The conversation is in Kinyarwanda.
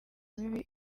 mibi